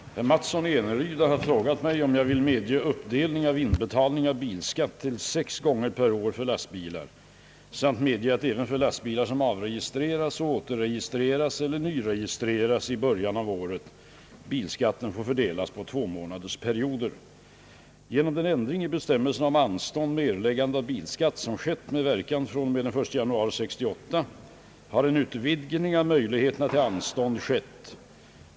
Herr talman! Herr Mattsson i Eneryda har frågat mig om jag vill medge uppdelning av inbetalning av bilskatt till sex gånger per år för lastbilar samt medge att även för lastbilar som avregistrerats och återregistreras eller nyregistreras i början av året bilskatten får fördelas på tvåmånadersperioder. Genom den ändring i bestämmelserna om anstånd med erläggande av bilskatt som skett med verkan fr.o.m. den 1 januari 1968 har en utvidgning av möjligheten till anstånd skett.